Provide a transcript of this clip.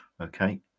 Okay